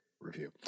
review